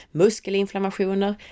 muskelinflammationer